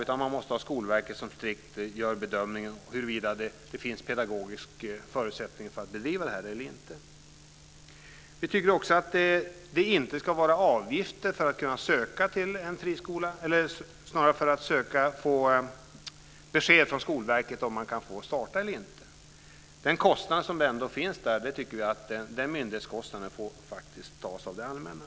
Det måste vara Skolverket som gör en strikt bedömning av huruvida det finns pedagogiska förutsättningar för att bedriva undervisning. Vi tycker inte heller att det ska tas ut avgift från en friskola som söker besked från Skolverket om den kan få starta. Den myndighetskostnaden får tas av det allmänna.